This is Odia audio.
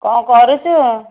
କ'ଣ କରୁଛୁ